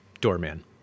Doorman